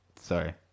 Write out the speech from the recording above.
sorry